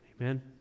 Amen